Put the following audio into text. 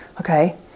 Okay